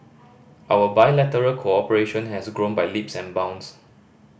our bilateral cooperation has grown by leaps and bounds